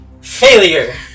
Failure